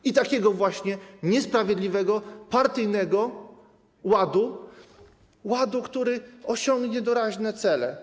I takiego właśnie niesprawiedliwego, partyjnego ładu, który osiągnie doraźne cele.